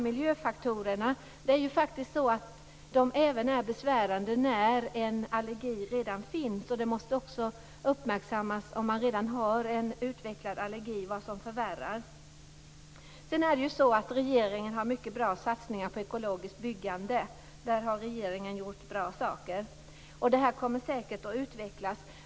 Miljöfaktorerna är också besvärande när en allergi redan finns. Det måste uppmärksammas vad som kan förvärra en redan utvecklad allergi. Regeringen har gjort bra satsningar på ekologiskt byggande. Där har regeringen gjort bra saker. Det området kommer säkert att utvecklas.